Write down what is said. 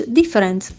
different